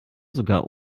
sogar